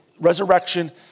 Resurrection